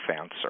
answer